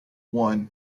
one